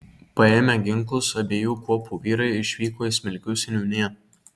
paėmę ginklus abiejų kuopų vyrai išvyko į smilgių seniūniją